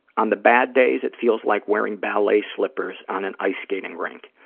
on the bad days, it feels like wearing ballet slippers on an ice skating rink.